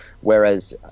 Whereas